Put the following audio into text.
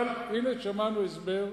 אבל הנה, שמענו הסבר,